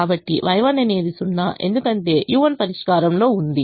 కాబట్టి Y1 అనేది 0 ఎందుకంటే u1 పరిష్కారంలో ఉంది